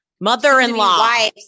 Mother-in-law